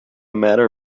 matter